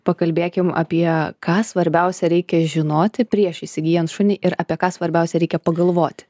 pakalbėkim apie ką svarbiausia reikia žinoti prieš įsigyjant šunį ir apie ką svarbiausia reikia pagalvoti